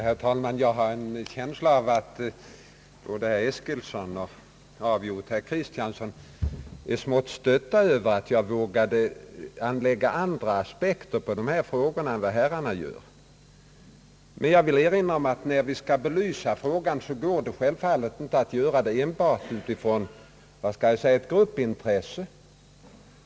Herr talman! Jag har en känsla av att både herr Eskilsson och herr Kris tiansson är smått stötta över att jag vågade anlägga andra aspekter på dessa frågor än vad herrarna tänkt sig. Men jag vill erinra om att vi självfallet inte kan belysa frågan enbart utifrån eti gruppintresse.